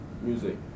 music